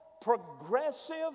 progressive